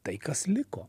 tai kas liko